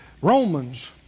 Romans